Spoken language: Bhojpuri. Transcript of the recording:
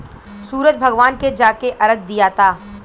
सूरज भगवान के जाके अरग दियाता